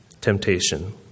temptation